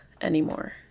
anymore